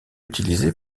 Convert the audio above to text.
utilisée